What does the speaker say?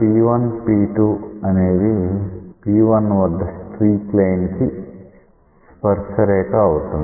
కనుక P1P2 అనేది P1 వద్ద స్ట్రీక్ లైన్ కి స్పర్శ రేఖ అవుతుంది